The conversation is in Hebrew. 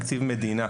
הוא תקציב מדינה.